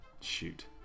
Shoot